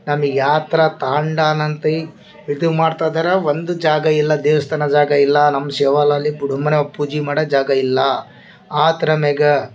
ನಮಗೆ ಯಾ ಥರ ತಾಂಡನಂತೆ ಒಕ್ಲು ಮಾಡ್ತಾಯಿದ್ದಾರೆ ಒಂದು ಜಾಗಯಿಲ್ಲ ದೇವ್ಸ್ಥಾನ ಜಾಗಯಿಲ್ಲ ನಮ್ಮ ಶಿವಲಾಲಿಗೆ ಗುಡಿ ಮಾಡಾಕೆ ಪೂಜೆ ಮಾಡಾಕೆ ಜಾಗಯಿಲ್ಲ ಆ ಥರನ್ಯಾಗ